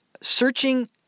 Searching